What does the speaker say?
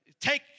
take